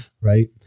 Right